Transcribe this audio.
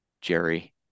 Jerry